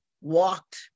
walked